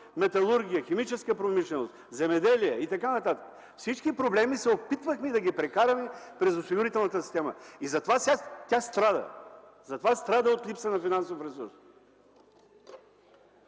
металургия, химическа промишленост, земеделие и т.н. Всички проблеми се опитвахме да ги прекараме през осигурителната система и затова сега тя страда. Затова страда от липса на финансов ресурс.